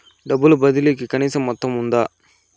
డబ్బు బదిలీ కి కనీస మొత్తం ఉందా?